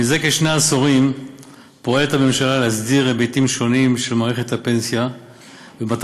מזה כשני עשורים פועלת הממשלה להסדיר היבטים שונים של מערכת הפנסיה במטרה